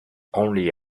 only